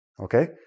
Okay